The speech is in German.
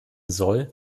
soll